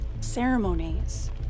ceremonies